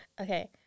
okay